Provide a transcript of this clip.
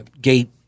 gate